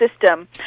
system